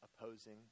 opposing